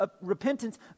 repentance